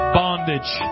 bondage